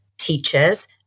teachers